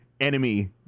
enemy